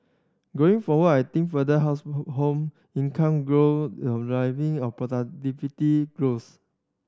going forward I think further house home income grow will arriving productivity growth